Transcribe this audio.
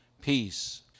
peace